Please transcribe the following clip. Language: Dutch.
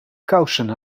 kousen